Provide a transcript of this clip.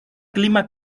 clima